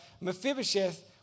Mephibosheth